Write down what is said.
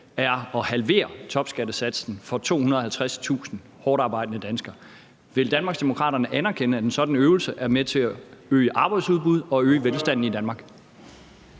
er at halvere topskattesatsen for 250.000 hårdtarbejdende danskere. Vil Danmarksdemokraterne anerkende, at en sådan øvelse er med til at øge arbejdsudbud og er med til at